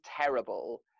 terrible